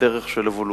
בדרך של אבולוציה.